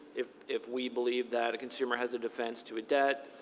if if we believe that a consumer has a defense to a debt,